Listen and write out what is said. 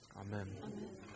amen